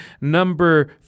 number